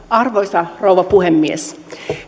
arvoisa rouva puhemies